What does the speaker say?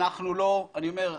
אני אומר,